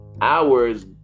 hours